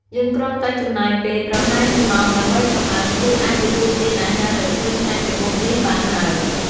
យើងគ្រាន់តែចំណាយពេលប្រហែលមួយម៉ោងដើម្បីចម្អិន គឺអាចទទួលទានអាហារដ៏ឈ្ងុយឆ្ងាញ់មួយមុខនេះបានហើយ។